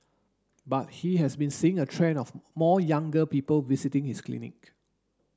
but he has been seeing a trend of more younger people visiting his clinic